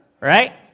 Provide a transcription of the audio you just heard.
Right